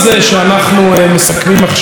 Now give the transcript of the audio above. מסכמים עכשיו